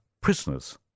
prisoners